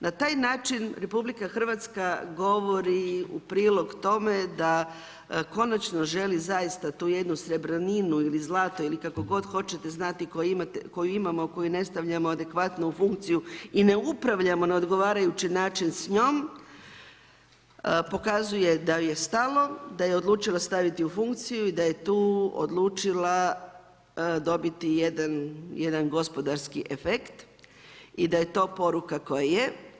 Na taj način RH govori u prilog tome da konačno želi zaista tu jednu srebrninu ili zlato ili kako god hoćete znati koju imamo a ne stavljamo adekvatno u funkciju i ne upravljamo na odgovarajući način s njom, pokazuje da joj je stalo, da je odlučila staviti u funkciju i da tu odlučila dobiti jedan gospodarski efekt i da je to poruka koja je.